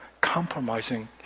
Compromising